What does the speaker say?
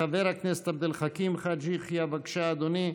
חבר הכנסת עבד אל חכים חאג' יחיא, בבקשה, אדוני,